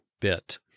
bit